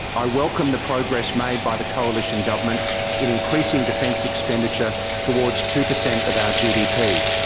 i welcome the progress made by the coalition government in increasing defence expenditure towards two percent of our gdp.